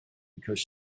because